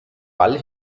ball